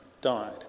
died